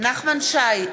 נחמן שי,